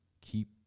Keep